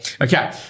Okay